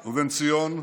ובן-ציון,